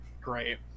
great